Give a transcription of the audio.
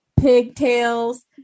pigtails